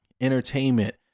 entertainment